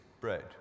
bread